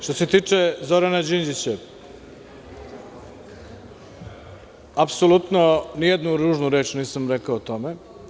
Što se tiče Zorana Đinđića apsolutno ni jednu ružnu reč nisam rekao o tome.